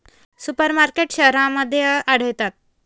super markets शहरांमध्ये आढळतात